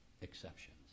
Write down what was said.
exceptions